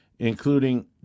including